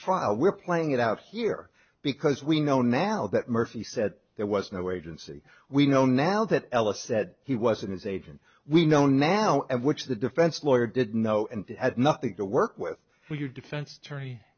trial we're playing it out here because we know now that murphy said there was no wait and see we know now that ellis said he was in his agent we know now which the defense lawyer did know and had nothing to work with your defense attorney